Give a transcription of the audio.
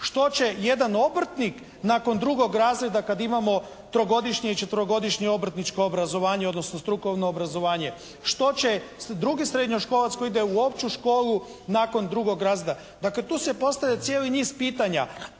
Što će jedan obrtnik nakon 2. razreda kada imamo trogodišnje i četverogodišnje obrtničko obrazovanje, odnosno strukovno obrazovanje. Što će drugi srednjoškolac koji ide u opću školu, nakon 2. razreda? Dakle tu se postavlja cijeli niz pitanja,